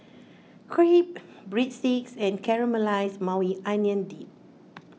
Crepe Breadsticks and Caramelized Maui Onion Dip